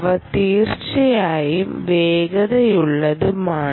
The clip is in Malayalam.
അവ തീർച്ചയായും വേഗതയുള്ളതുമാണ്